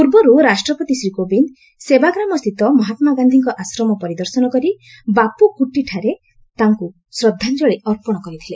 ପୂର୍ବରୁ ରାଷ୍ଟ୍ରପତି ଶ୍ରୀ କୋବିନ୍ଦ ସେବାଗ୍ରାମସ୍ଥିତ ମହାତ୍ମାଗାନ୍ଧିଙ୍କ ଆଶ୍ରମ ପରିଦର୍ଶନ କରି 'ବାପୁ କୁଟି'ଠାରେ ତାଙ୍କୁ ଶ୍ରଦ୍ଧାଞ୍ଚଳି ଅର୍ପଣ କରିଥିଲେ